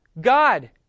God